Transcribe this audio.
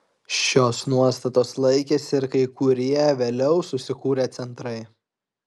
šios nuostatos laikėsi ir kai kurie vėliau susikūrę centrai